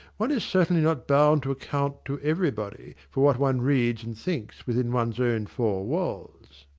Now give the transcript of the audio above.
one is certainly not bound to account to everybody for what one reads and thinks within one's own four walls.